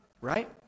Right